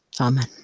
Amen